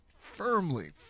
firmly